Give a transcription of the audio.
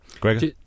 Gregor